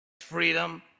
Freedom